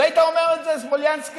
לא היית אומר את זה, סמולינסקי?